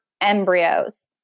embryos